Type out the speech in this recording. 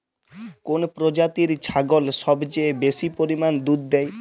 কোন প্রজাতির ছাগল সবচেয়ে বেশি পরিমাণ দুধ দেয়?